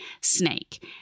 snake